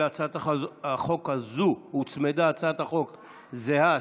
להצעת החוק הזו הוצמדה הצעת חוק זהה,